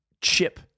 chip